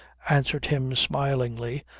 answered him smilingly,